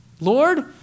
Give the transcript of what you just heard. Lord